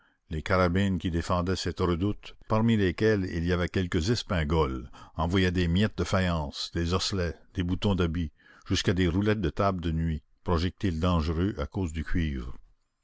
les carabines qui défendaient cette redoute parmi lesquelles il y avait quelques espingoles envoyaient des miettes de faïence des osselets des boutons d'habit jusqu'à des roulettes de tables de nuit projectiles dangereux à cause du cuivre